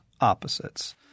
opposites